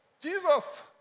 Jesus